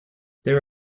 there